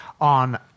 on